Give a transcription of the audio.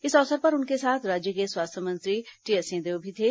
इस अवसर पर उनके साथ राज्य के स्वास्थ्य मंत्री टीएस सिंहदेव भी थे